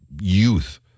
youth